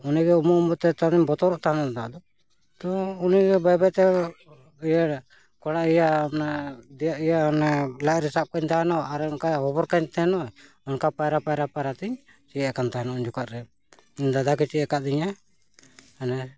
ᱩᱱᱤᱜᱮ ᱩᱢᱩᱜ ᱩᱢᱚᱜᱛᱮ ᱛᱟᱦᱚᱞᱮᱧ ᱵᱚᱛᱚᱨᱚᱜ ᱛᱟᱦᱮᱱ ᱫᱟᱜ ᱫᱚ ᱛᱚ ᱩᱱᱤᱜᱮ ᱵᱟᱭ ᱵᱟᱭᱛᱮ ᱤᱭᱟᱹ ᱠᱚᱲᱟ ᱤᱭᱟᱹ ᱫᱤᱭᱟᱜ ᱤᱭᱟᱹ ᱢᱟᱱᱮ ᱞᱟᱡ ᱨᱮ ᱥᱟᱵ ᱠᱤᱱ ᱛᱟᱦᱮᱱᱚᱜ ᱟᱨ ᱚᱱᱠᱟ ᱦᱚᱵᱚᱨ ᱠᱟᱹᱧ ᱛᱟᱦᱮᱱᱚᱜᱼᱟ ᱚᱱᱠᱟ ᱯᱟᱭᱨᱟ ᱯᱟᱭᱨᱟ ᱯᱟᱭᱨᱟᱛᱤᱧ ᱪᱮᱫ ᱟᱠᱟᱱ ᱛᱟᱦᱮᱱᱚᱜ ᱩᱱ ᱡᱚᱠᱷᱟᱜ ᱨᱮ ᱫᱟᱫᱟᱜᱮ ᱪᱮᱫ ᱟᱠᱟᱫᱤᱧᱟᱹ ᱚᱱᱮ